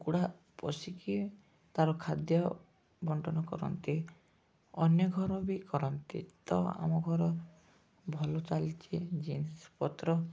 କୁକୁଡ଼ା ପଶିକି ତାର ଖାଦ୍ୟ ବଣ୍ଟନ କରନ୍ତି ଅନ୍ୟ ଘର ବି କରନ୍ତି ତ ଆମ ଘର ଭଲ ଚାଲିଛି ଜିନିଷପତ୍ର